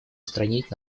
устранить